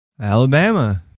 Alabama